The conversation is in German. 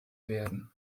werden